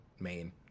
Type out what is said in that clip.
main